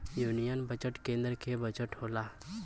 union budget केन्द्र के budget होला